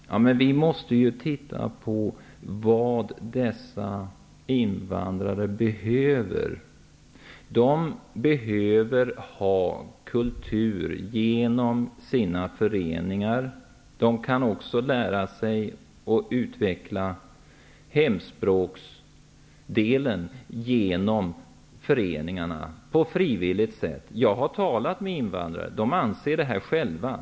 Herr talman! Vi måste ju titta på vad dessa invandrare behöver. De behöver ha kultur genom sina föreningar. De kan också utveckla hemspråket genom föreningarna på frivilligt sätt. Jag har talat med invandrare. De anser detta själva.